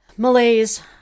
Malaise